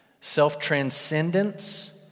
Self-transcendence